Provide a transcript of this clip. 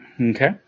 Okay